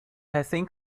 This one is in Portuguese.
recém